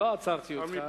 לא עצרתי אותך.